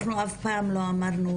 אנחנו אף פעם לא אמרנו,